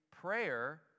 prayer